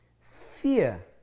Fear